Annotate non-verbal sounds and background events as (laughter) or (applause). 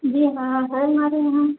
ये वहाँ (unintelligible) है